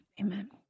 amen